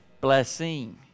blessing